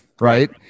Right